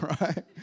right